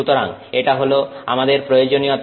সুতরাং এটা হলো আমাদের প্রয়োজনীয়তা